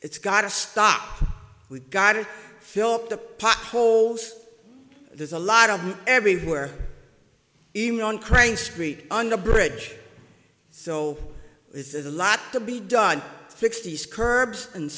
it's got to stop we've got to fill up the potholes there's a lot of everywhere even on crank street on the bridge so this is a lot to be done sixty's curbs and